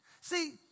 See